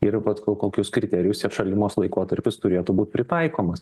ir vat ko kokius kriterijus tie atšalimo laikotarpis turėtų būt pritaikomas